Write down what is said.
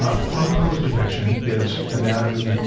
ah from pose detection is anatomy,